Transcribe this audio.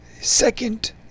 second